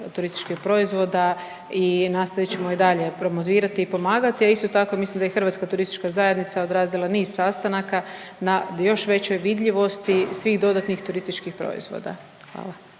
turističkih proizvoda. I nastavit ćemo i dalje promovirati i pomagati, a isto tako mislim da je i Hrvatska turistička zajednica odradila niz sastanaka na još većoj vidljivosti svih dodatnih turističkih proizvoda. Hvala.